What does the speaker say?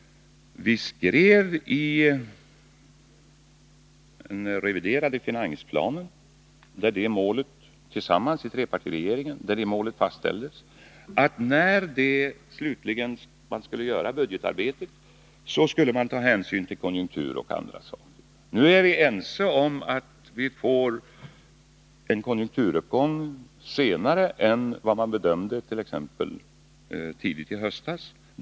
I trepartiregeringen skrev vi tillsammans i den reviderade finansplanen, där detta mål fastställdes, att när budgetarbetet slutligen skulle göras, så skulle man ta hänsyn till konjunktur och annat. Nu är vi ense om att vi får en konjunkturuppgång senare än vad man bedömde t.ex. tidigt i höstas.